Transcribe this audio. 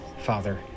Father